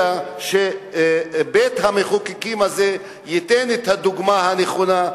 אלא שבית-המחוקקים הזה ייתן את הדוגמה הנכונה,